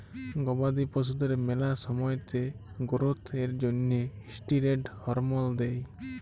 গবাদি পশুদের ম্যালা সময়তে গোরোথ এর জ্যনহে ষ্টিরেড হরমল দেই